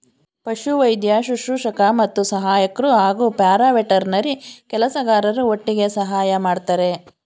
ಪಶುವೈದ್ಯ ಶುಶ್ರೂಷಕ ಮತ್ತು ಸಹಾಯಕ್ರು ಹಾಗೂ ಪ್ಯಾರಾವೆಟರ್ನರಿ ಕೆಲಸಗಾರರು ಒಟ್ಟಿಗೆ ಸಹಾಯ ಮಾಡ್ತರೆ